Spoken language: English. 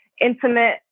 intimate